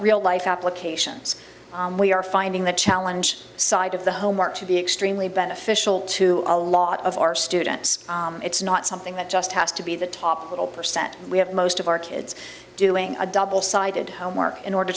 real life applications we are finding the challenge side of the homework to be extremely beneficial to a lot of our students it's not something that just has to be the top one percent we have most of our kids doing a double sided homework in order